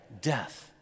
death